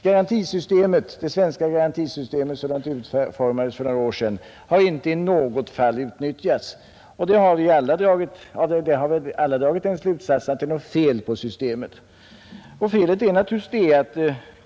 Det svenska garantisystemet, sådant det utformades för några år sedan, har inte i något fall utnyttjats. Av det har vi alla dragit den slutsatsen att det är något fel på systemet.